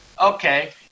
Okay